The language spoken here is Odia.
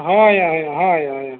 ହଁ ଆଜ୍ଞା ହଁ ଆଜ୍ଞା ହଁ